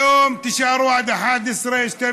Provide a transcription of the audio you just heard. היום תישארו עד 23:00,